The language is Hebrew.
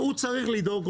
הוא צריך לדאוג,